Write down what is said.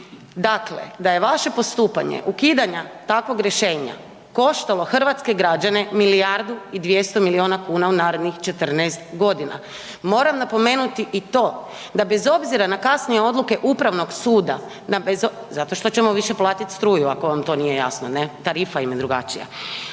dakle da je vaše postupanje ukidanja takvog rješenja koštalo hrvatske građane milijardu i 200 miliona kuna u narednih 14 godina. Moram napomenuti i to da bez obzira na kasnije odluke Upravnog suda, zato što ćemo više platiti struju, ako vam to nije jasno, ne, tarifa im je drugačija.